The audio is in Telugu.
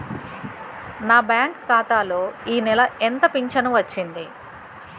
నా బ్యాంక్ ఖాతా లో ఈ నెల ఎంత ఫించను వచ్చింది?